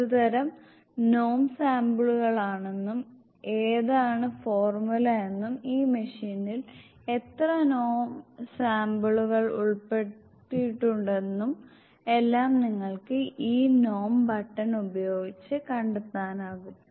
ഏതുതരം നോം സാമ്പിളുകളാണെന്നും എന്താണ് ഫോർമുല എന്നും ഈ മെഷീനിൽ എത്ര നോം സാമ്പിളുകൾ ഉൾപ്പെടുത്തിയിട്ടുണ്ടെന്നും എല്ലാം നിങ്ങൾക്ക് ഈ നോം ബട്ടൺ ഉപയോഗിച്ച് കണ്ടെത്താനാകും